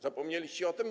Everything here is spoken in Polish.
Zapomnieliście o tym?